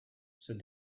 said